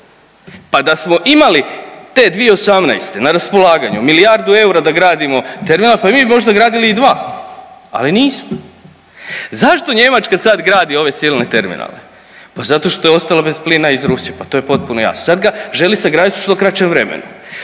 Pa da smo imali te 2018. na raspolaganju milijardu eura da gradimo terminal pa mi bi možda gradili i dva, ali nismo. Zašto Njemačka sad gradi ove silne terminale? Pa zato što je ostala bez plina iz Rusije, pa to je potpuno jasno. Sad ga želi sagradit u što kraćem vremenu.